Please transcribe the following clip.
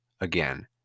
again